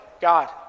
God